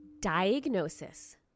Diagnosis